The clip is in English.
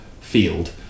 field